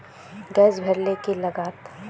Gas भरले की लागत?